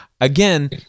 again